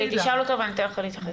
היא תשאל אותו ואתן לך להתייחס.